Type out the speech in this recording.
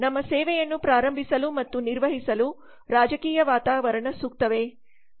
ನಮ್ಮ ಸೇವೆಯನ್ನು ಪ್ರಾರಂಭಿಸಲು ಮತ್ತು ನಿರ್ವಹಿಸಲು ರಾಜಕೀಯ ವಾತಾವರಣ ಸೂಕ್ತವೇ